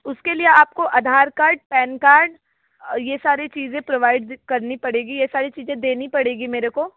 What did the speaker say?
उसके लिए आपको आधार कार्ड पेनकार्ड ये सारी चीज़ें प्रोवाइड करनी पड़ेगी ये सारी चीज़ें देनी पड़ेगी मेरे को